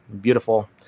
Beautiful